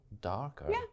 darker